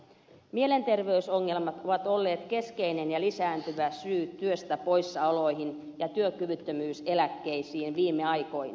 mielenterveysongelmat ovat olleet keskeinen ja lisääntyvä syy työstä poissaoloihin ja työkyvyttömyyseläkkeisiin viime aikoina